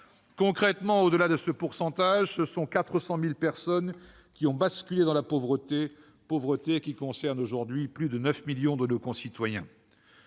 Concrètement, au-delà de ce pourcentage, ce sont 400 000 personnes qui ont basculé dans la pauvreté, laquelle concerne aujourd'hui plus de 9 millions de nos concitoyens.